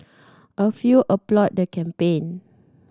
a few applauded the campaign